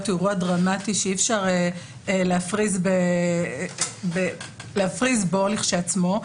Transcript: הוא אירוע דרמטי שאי-אפשר להפריז בו לכשעצמו.